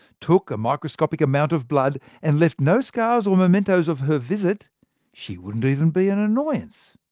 took a microscopic amount of blood and left no scars or mementos of her visit she wouldn't even be an annoyance.